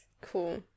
Cool